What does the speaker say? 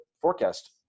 forecast